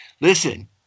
Listen